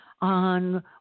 on